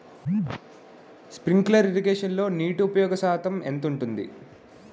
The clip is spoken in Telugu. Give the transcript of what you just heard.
స్ప్రింక్లర్ ఇరగేషన్లో నీటి ఉపయోగ శాతం ఎంత ఉంటుంది?